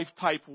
type